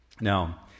Now